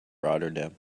rotterdam